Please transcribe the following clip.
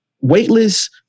weightless